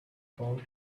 found